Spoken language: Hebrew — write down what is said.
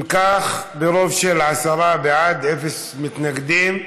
אם כך, ברוב של עשרה בעד, אפס מתנגדים,